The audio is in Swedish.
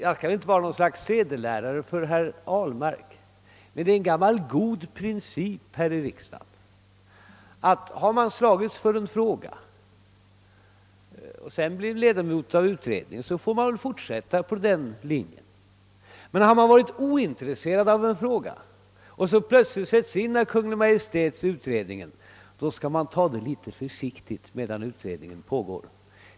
Jag kan inte vara något slags sedelärare för herr Ahlmark, men det är en gammal god princip här i riksdagen att har man slagits för en fråga och man sedan blir medlem av en utredning får man fortsätta på samma linje. Men har man varit ointresserad av en fråga och plötsligt blir medlem av en av Kungl. Maj:t tillsatt utredning, skall man ta det litet försiktigt medan utredningen pågår.